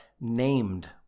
named